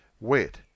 wet